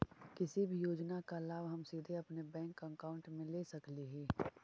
किसी भी योजना का लाभ हम सीधे अपने बैंक अकाउंट में ले सकली ही?